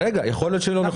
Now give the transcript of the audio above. יכול להיות שהיא לא נכונה.